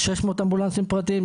600 אמבולנסים פרטיים,